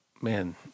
Man